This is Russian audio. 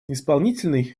исполнительной